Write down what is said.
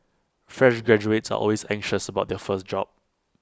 fresh graduates are always anxious about their first job